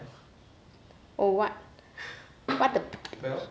oh what what a bitch